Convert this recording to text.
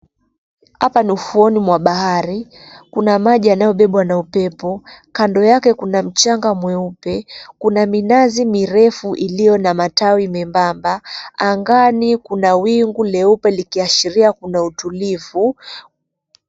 Hapa ni ufuoni mwa bahari. Kuna maji yanayobebwa na upepo. Kando yake kuna mchanga mweupe, kuna minazi mirefu iliyo na matawi membamba. Angani kuna wingu leupe likiashiria kuna utulivu.